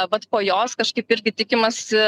vat po jos kažkaip irgi tikimasi